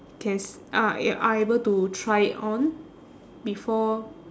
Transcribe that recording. can s~ are are able to try it on before